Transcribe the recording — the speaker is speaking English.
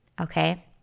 okay